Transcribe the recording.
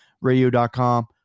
radio.com